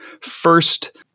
first